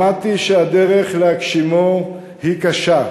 למדתי שהדרך להגשימו היא קשה.